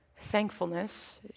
thankfulness